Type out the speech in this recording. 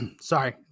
Sorry